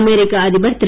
அமெரிக்க அதிபர் திரு